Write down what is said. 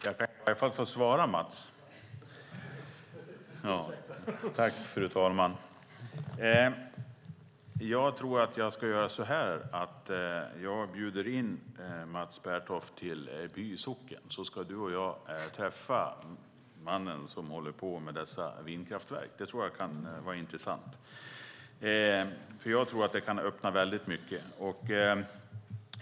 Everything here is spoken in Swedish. Fru talman! Då ska jag svara Mats på denna replik. Jag tror att jag ska ta och bjuda in Mats Pertoft till By socken. Då kan han och jag träffa den man som håller på med vindkraftverken. Jag tror att det kan vara intressant, och det kan öppna väldigt mycket.